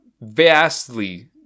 vastly